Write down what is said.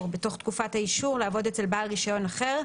בתוך תקופת האישור לעבוד אצל בעל רישיון אחר,